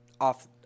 off